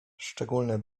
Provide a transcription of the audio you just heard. szczególne